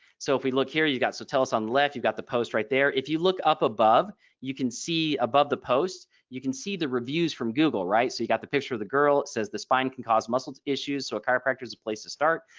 so if we look here you've got sotellus on left. you've got the post right there if you look up above you can see above the post you can see the reviews from google right. so you got the picture of the girl it says the spine can cause muscle issues so a chiropractor is a place to start.